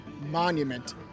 Monument